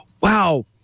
wow